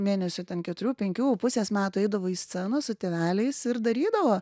mėnesių ten keturių penkių pusės metų eidavo į sceną su tėveliais ir darydavo